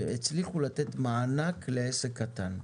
והצליחו לתת מענק לעסק קטן,